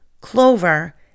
clover